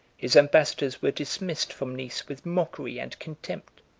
his ambassadors were dismissed from nice with mockery and contempt.